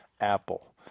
Apple